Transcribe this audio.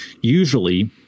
usually